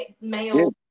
male